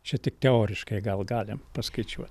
čia tik teoriškai gal galim paskaičiuot